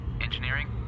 Engineering